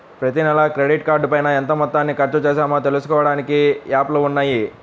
ప్రతినెలా క్రెడిట్ కార్డుపైన ఎంత మొత్తాన్ని ఖర్చుచేశామో తెలుసుకోడానికి యాప్లు ఉన్నయ్యి